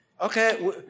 Okay